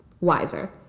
wiser